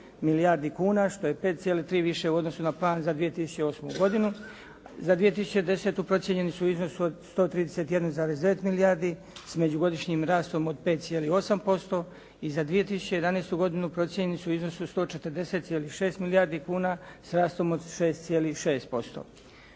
milijardi kuna što je 5,3 više u odnosu na plan za 2008. godinu. Za 2010. procijenjeni su iznosi od 131,9 milijardi s međugodišnjim rastom od 5,8% i za 2011. godinu procijenjeni su iznosi od 140,6 milijardi kuna s rastom od 6,6%.